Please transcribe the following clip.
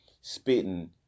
spitting